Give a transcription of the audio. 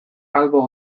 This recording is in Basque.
albo